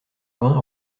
vingt